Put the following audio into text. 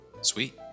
Sweet